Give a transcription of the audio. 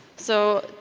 so,